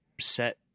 set